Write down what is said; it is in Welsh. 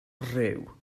rhyw